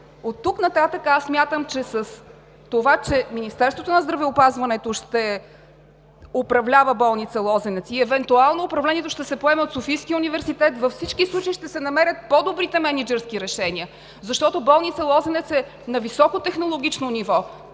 Оттук нататък смятам с това, че Министерството на здравеопазването ще управлява болница „Лозенец“ и евентуално управлението ще се поеме от Софийския университет, във всички случаи ще се намерят по-добрите мениджърски решения, защото болница „Лозенец“ е на високо технологично ниво.